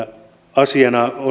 asiana